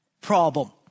problem